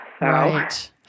right